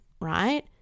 right